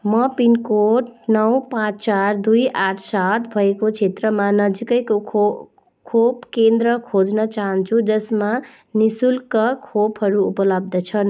म पिनकोड नौ पाँच चार दुई आठ सात भएको क्षेत्रमा नजिकैको खो खोप केन्द्र खोज्न चाहन्छु जसमा नि शुल्क खोपहरू उपलब्ध छन्